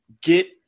get